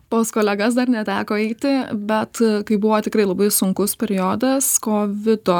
pas kolegas dar neteko eiti bet kai buvo tikrai labai sunkus periodas kovido